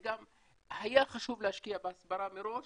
היה חשוב להשקיע בהסברה מראש